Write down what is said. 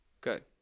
Good